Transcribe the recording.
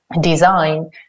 Design